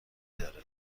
داره